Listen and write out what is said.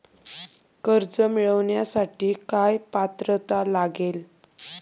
कर्ज मिळवण्यासाठी काय पात्रता लागेल?